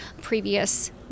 previous